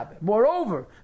moreover